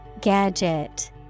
Gadget